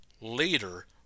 later